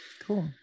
cool